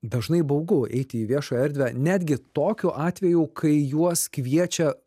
dažnai baugu eiti į viešąją erdvę netgi tokiu atveju kai juos kviečia